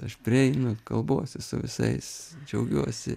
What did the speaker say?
aš prieinu kalbuosi su visais džiaugiuosi